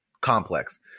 complex